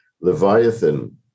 Leviathan